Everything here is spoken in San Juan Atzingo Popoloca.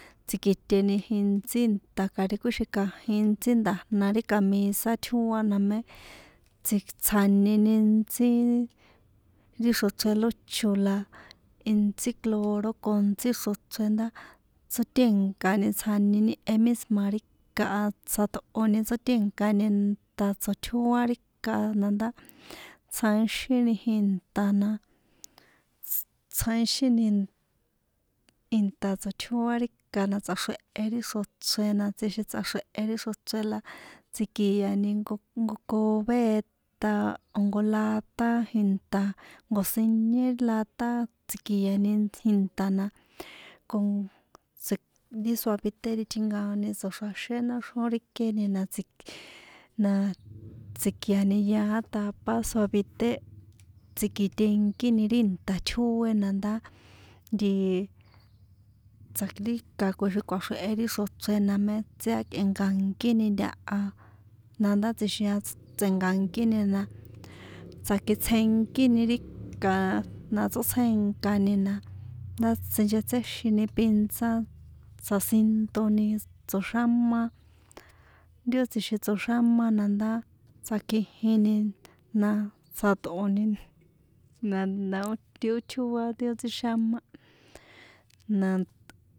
Tsi̱kiṭeni jintsí nta kja̱ ri kuíxikjanjin intsí nda̱jna ri camisa tjóá na mé tsjani intsí ri xrochren lócho la intsí cloro ko ntsí xrochren ndá tsóténkani tsjanini e misma̱ ri ka a tsjatꞌoni tsóténkani ta tsoṭjóá ri ika na ndá tsjaixini jinta na tsjaixini in inta tsoṭjóá ri ika na tsaxrehe ri xrochren na tsjixin tsaxrehe ri xrochren la tsi̱ki̱ni jnko cubeta la o̱ jnko lata jinta nko̱sinie lata tsi̱kiani jinta na ko tsi ri suavitel ri tjinakoni tso̱xraxé náxrjón ri kéni na tsi̱kia̱ni yaá tapa suavite tsi̱kiṭenkíni ri inta tjóé na ndá nti tsa ri ka kjuixin kuaxrehe ri xrochren na mé tsiakenkankíni ntaha na ndá tsixijan tse̱nka̱nkíni na tsakitsjenkíni ri ka na tsꞌótsjenkani na ndá sinchetséxini pinza tsasintoni tsoxáma ri ó tsjixin tsoxáma na ndá tsakjijini na tsjatꞌoni na na ó ti ó tjóá ri ó tsíxámá na.